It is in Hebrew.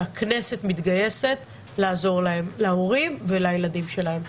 שהכנסת תתגייס לעזור להם, להורים ולילדים שלהם.